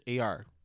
AR